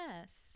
Yes